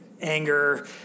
anger